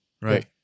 right